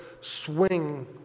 swing